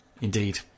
indeed